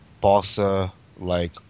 balsa-like